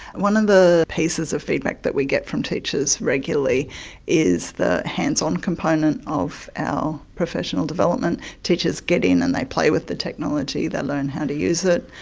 one of the pieces of feedback that we get from teachers regularly is the hands-on component of our professional development. teachers get in and they play with the technology, they learn how to use it.